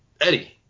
Eddie